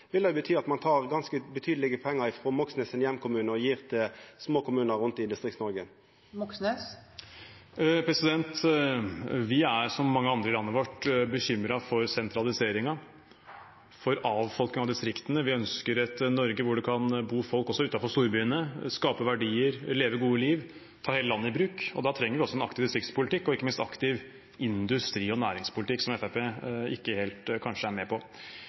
vil det bety at ein tek ganske betydeleg med pengar frå Moxnes sin heimkommune og gjev dei til små kommunane rundt i Distrikts-Noreg. Vi er, som mange andre i landet vårt, bekymret for sentraliseringen, for avfolking av distriktene. Vi ønsker et Norge hvor det kan bo folk også utenfor storbyene – skape verdier, leve et godt liv, ta hele landet i bruk. Da trenger vi også en aktiv distriktspolitikk og ikke minst en aktiv industri- og næringspolitikk, som Fremskrittspartiet kanskje ikke helt er med på.